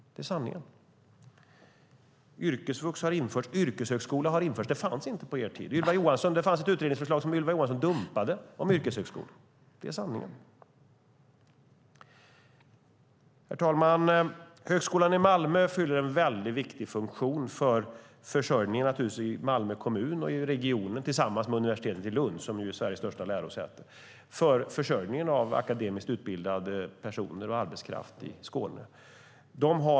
Det är sanningen. Yrkesvux har införts. Yrkeshögskola har införts. Det fanns inte på er tid. Det fanns ett utredningsförslag om yrkeshögskola som Ylva Johansson dumpade. Det är sanningen. Herr talman! Högskolan i Malmö fyller en väldigt viktig funktion i Malmö kommun och i regionen tillsammans med universitetet i Lund, som ju är Sveriges största lärosäte för försörjningen av akademiskt utbildade personer och arbetskraft i Skåne.